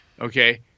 Okay